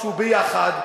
שהוא יחד,